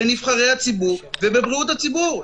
בנבחרי הציבור ובבריאות הציבור.